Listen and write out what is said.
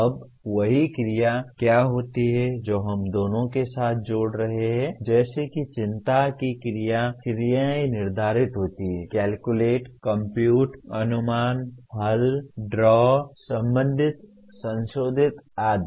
अब वही क्रिया क्या होती है जो हम दोनों के साथ जोड़ रहे हैं जैसे कि चिंता की क्रिया क्रियाएं निर्धारित होती हैं कैलकुलेट कंप्यूट अनुमान हल ड्रा संबंधित संशोधित आदि